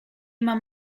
mam